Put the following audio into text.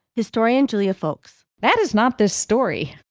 historian julia folks that is not this story.